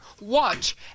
Watch